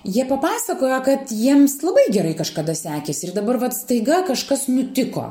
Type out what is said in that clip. jie papasakojo kad jiems labai gerai kažkada sekėsi ir dabar vat staiga kažkas nutiko